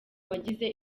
bagize